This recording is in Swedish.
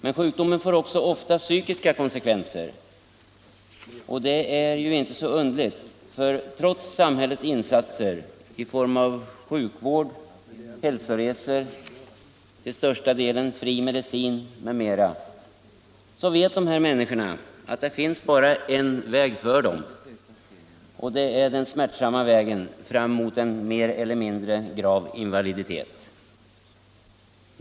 Men sjukdomen får också ofta psykiska konsekvenser, och det är inte så underligt. Trots samhällets insatser i form av sjukvård, hälsoresor, till största delen fri medicin m.m. så vet de här människorna att det bara finns en väg för dem. Det är den smärtsamma vägen fram mot en mer eller mindre grav invaliditet.